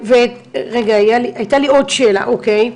ורגע, הייתה לי עוד שאלה, אוקי,